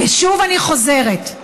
ושוב, אני חוזרת,